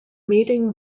meeting